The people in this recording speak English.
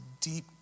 deep